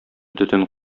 төтен